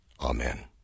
Amen